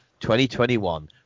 2021